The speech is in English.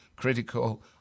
critical